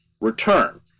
return